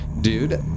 dude